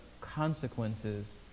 consequences